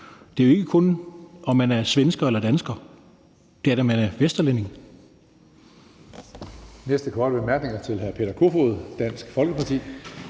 Det er jo ikke kun, om man er svensker eller dansker. Det er, om man er vesterlænding.